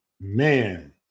Man